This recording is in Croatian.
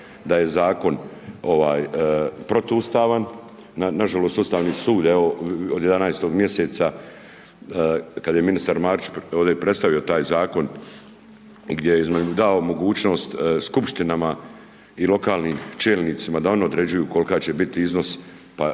da je zakon protuustavan, nažalost Ustavni sud evo, od 11. mj. kad je ministar Marić ovdje predstavio taj zakon gdje je dao mogućnost skupštinama i lokalnim čelnicima da oni određuju koliko će biti iznos pa ispada